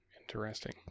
interesting